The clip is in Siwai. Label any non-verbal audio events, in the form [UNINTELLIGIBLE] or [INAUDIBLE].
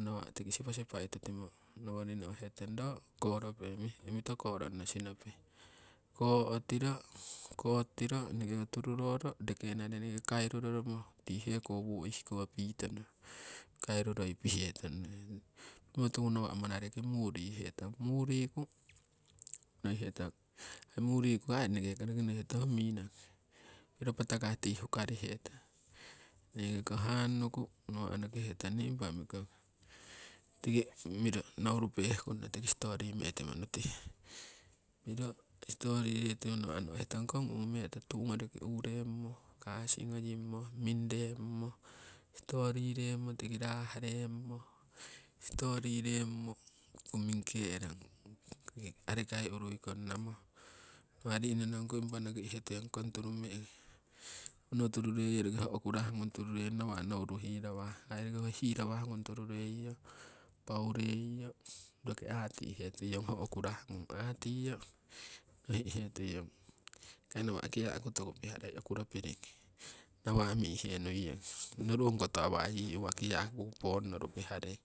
nawa' tiki sipasipai tutimo nowori nohetong, ro korope mito korongno sinope kotiro enekeko tururoro rekenari eneke kairuroromo tii heko wo ihko pitono kairuroi pihetong pimo tuku nawa' manareki muu rihetong. Muu riku aii enekeko nohi hetong ho aii minong piro patakah tii hukarire hetong, eneke ko han nuku noki hetong nii impa mikong tiki miro nouru pehkungno tiki stori metimo nutihe. Piro stori retimo nawa' nohetong kong umeto tugoriki uremmo kasi ngoyimmo, mingremmo stori remmo tiki rah remmo [UNINTELLIGIBLE] koh arikai urui kongnamo nawa' ri'nonongku impa nokihe tuiyong kong turu meekong. Howono turu remmo roki hoo okurah ngung tururering nawa' nouru hirawah, aii roki hoo hirawah ngung turureiyo paureiyo roki ati'he tuiyong hoo okurah ngung atiyo noki'he tuiyong aii nawa' kiyaku toku piharei okuro piring, nawa' mi'hee nuiyong noru ongkoto awa' yii uwa kiyaku pongnoru piharei.